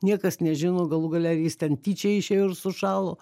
niekas nežino galų gale ar jis ten tyčia išėjo ir sušalo